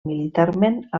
militarment